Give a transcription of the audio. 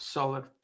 Solid